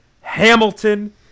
Hamilton